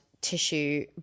tissue